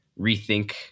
rethink